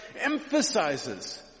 emphasizes